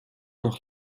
noch